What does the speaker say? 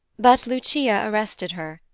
but lucia arrested her,